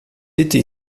été